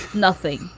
nothing.